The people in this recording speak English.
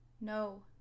No